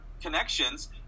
connections